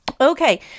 Okay